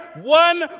one